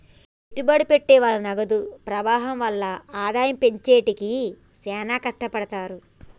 పెట్టుబడి పెట్టె వాళ్ళు నగదు ప్రవాహం వల్ల ఆదాయం పెంచేకి శ్యానా కట్టపడతారు